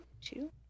two